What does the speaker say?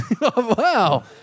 Wow